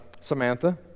Samantha